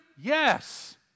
Yes